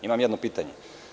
Imam jedno pitanje.